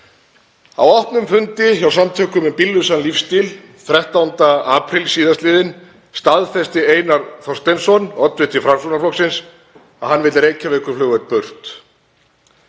Á opnum fundi hjá Samtökum um bíllausan lífstíl 13. apríl síðastliðinn staðfesti Einar Þorsteinsson, oddviti Framsóknarflokksins, að hann vildi Reykjavíkurflugvöll burt.